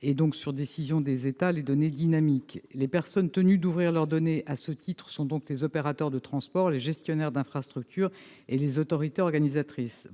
et, sur décision des États, les données dynamiques. Les personnes tenues d'ouvrir leurs données à ce titre sont donc les opérateurs de transport, les gestionnaires d'infrastructures et les autorités organisatrices.